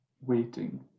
waiting